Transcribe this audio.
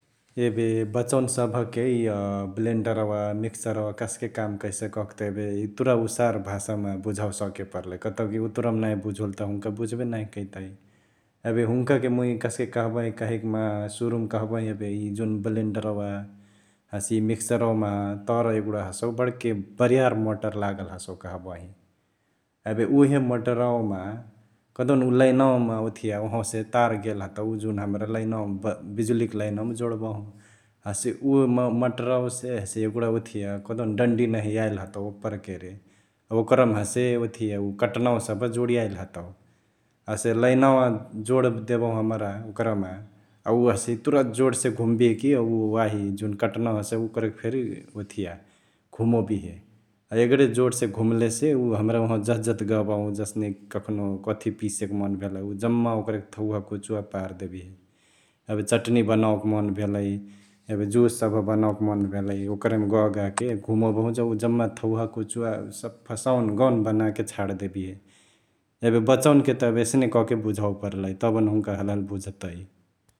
एबे बचवन सभके इअ ब्लेन्डरवा, मिक्सरवा कस्के काम कैसई कहेकतके एबे इतुरा उसार भाषामा बुझावे सके परलई कतौकी उतुरमा नाँही बुझोले त हुन्का बुझबे नाँही कर्तई । एबे हुन्काके मुइ कस्के कहबहिं कहिइक माहा ,सुरुमा कहबहिं एबे इ जुन ब्लेन्डरवा हसे इ मिक्सरवमा तर एगुडा हसउ बड्के बरियार मोटर लागल हसौ कहबहिं । एबे उहे मोटरावामा कहदेउन लाईनवामा ओथिया ओंहवासे तार गेल हतउ जुन हमरा लाईनावामा बिजुलिक लाईनवामा जोड्बहु । हसे उ ना मोटरावासे एगुडा ओथिया कहदेउन डन्डी नहिया याइली हतउ ओपर केरे ओकरमा हसे ओथिया उ कटनावा सभ जोडियाइली हतउ । हसे लईनावा जोड देबहु हमरा ओकरमा अ उ हसे इतुरा जोड्से घुम्बिहेकी उअ वाही जुन कट्नवा हसै ओकरके फेरी ओथिया घुमोबिहे अ एगरे जोडसे घुम्लेसे उ हमरा उँहावा जथिजथी गहबहु जसने कखनहु कथी पिसेके मन भेलाई उ जम्मा ओकरके थ्हौवा कुचुवा पार देबेहे । एबे चटनी बनाओके मन भेलई ,जुस सभ बनओके मन भेलई ओकरहिमा गहगाह्के घुमोबहु जौं उ जम्मा थ्हौवा कुचुवा सफा साउन गाउन बनाके छाड देबिहे । एबे बचवाके त एसने कहके बुझावे परलई तबन हुन्का हलालि बुझतई ।